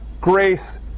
grace